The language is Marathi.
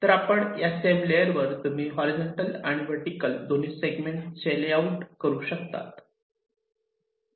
तर आपण या सेम लेयरवर तुम्ही हॉरीझॉन्टल आणि वर्टीकल दोन्ही सेगमेंटचे लेआउट करू शकता